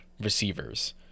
receivers